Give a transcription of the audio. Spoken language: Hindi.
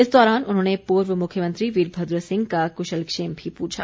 इस दौरान उन्होंने पूर्व मुख्यमंत्री वीरभद्र सिंह का कुशलक्षेम भी पूछा